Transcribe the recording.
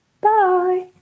Bye